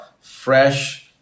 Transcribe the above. fresh